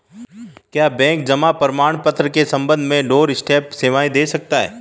क्या बैंक जमा प्रमाण पत्र के संबंध में डोरस्टेप सेवाएं दे रहा है?